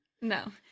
No